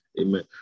Amen